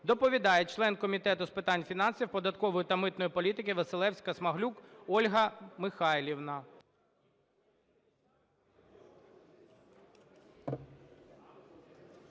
Доповідає член Комітету з питань фінансів, податкової та митної політики Василевська-Смаглюк Ольга Михайлівна.